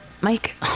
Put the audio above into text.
Mike